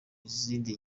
izindi